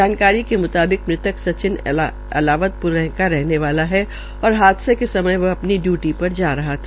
जानकारी के म्ताबिक मृतक सचिन अलावल र का रहने वाला है और हादसे के समय व डय्टी र जा रहा था